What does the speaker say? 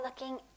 looking